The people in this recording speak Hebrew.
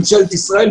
ממשלת ישראל,